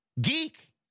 geek